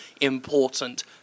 important